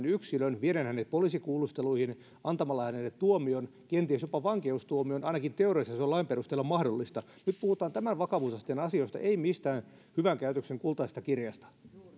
yksilön vieden hänet poliisikuulusteluihin antamalla hänelle tuomion kenties jopa vankeustuomion ainakin teoriassa se se on lain perusteella mahdollista nyt puhutaan tämän vakavuusasteen asioista ei mistään hyvän käytöksen kultaisesta kirjasta